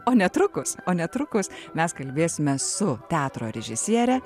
o netrukus o netrukus mes kalbėsime su teatro režisiere